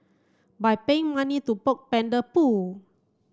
by paying money to poke panda poo